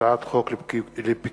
הצעת חוק לפיקוח